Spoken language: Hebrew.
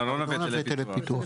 ארנונה והיטלי פיתוח.